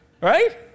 right